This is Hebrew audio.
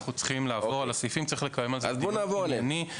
אנחנו צריכים לעבור על הסעיפים ולקיים על זה דיון פנימי.